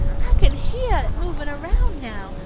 i kin heah it movin' around now,